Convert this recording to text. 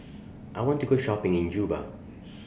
I want to Go Shopping in Juba